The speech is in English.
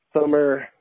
summer